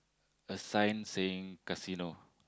a sign saying casino